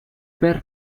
per